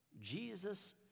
Jesus